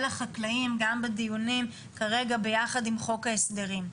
החקלאים גם בדיונים כרגע ביחד עם חוק ההסדרים.